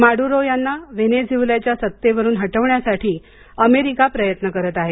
Maduro यांना व्हेनेझुएलाच्या सत्तेवरून हटविण्यासाठी अमेरिका प्रयत्न करत आहे